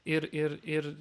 ir ir ir